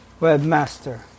webmaster